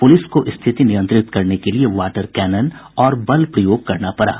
police को स्थिति नियंत्रित करने के लिए वाटर कैनन और बल प्रयोग करना पड़ा